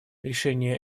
решение